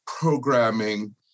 programming